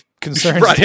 concerns